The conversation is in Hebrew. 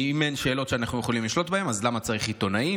אם אין שאלות שאנחנו יכולים לשלוט בהן אז למה צריך עיתונאים?